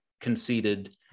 conceded